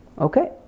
Okay